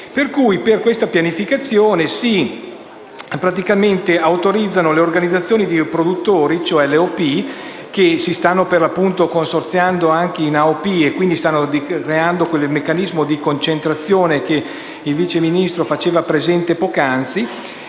Per questa pianificazione si autorizzano le organizzazioni dei produttori (OP), che si stanno consorziando in AOP, delineando quindi quel meccanismo di concentrazione che il Vice Ministro faceva presente poc’anzi,